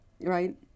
right